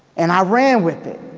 and i ran with it.